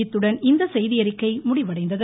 இத்துடன் இந்த செய்தியறிக்கை முடிவடைந்தது